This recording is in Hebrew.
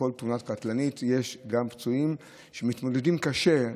בכל תאונה קטלנית יש גם פצועים שמתמודדים קשה.